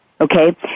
Okay